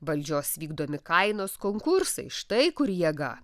valdžios vykdomi kainos konkursai štai kur jėga